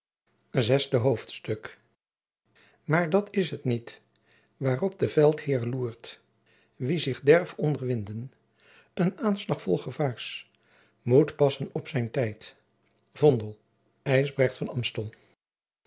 zesde hoofdstuk maer dat en is het niet waarop de veltheer loert wie zich derf onderwinden een aenslagh vol gevaers moet passen op zijn tijt v